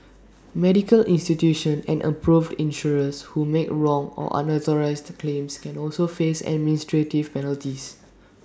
medical institutions and approved insurers who make wrong or unauthorised claims can also face administrative penalties